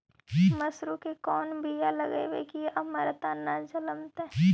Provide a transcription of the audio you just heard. मसुरी के कोन बियाह लगइबै की अमरता न जलमतइ?